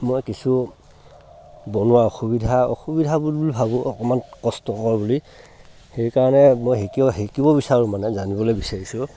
মই কিছু বনোৱা অসুবিধা অসুবিধা বুলি ভাবোঁ অকণমান কষ্টকৰ বুলি সেইকাৰণে মই শিকি শিকিব বিচাৰোঁ মানে জানিবলৈ বিচাৰিছোঁ